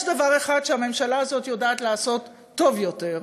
יש דבר אחד שהממשלה הזאת יודעת לעשות טוב יותר,